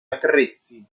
attrezzi